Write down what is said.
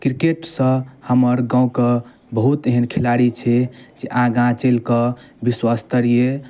किरकेटसँ हमर गामके बहुत एहन खेलाड़ी छै जे आगाँ चलिकऽ विश्वस्तरीय